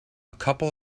couple